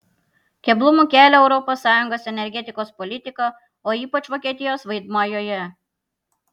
keblumų kelia europos sąjungos energetikos politika o ypač vokietijos vaidmuo joje